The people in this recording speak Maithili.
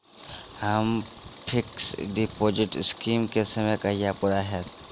हम्मर फिक्स डिपोजिट स्कीम केँ समय कहिया पूरा हैत?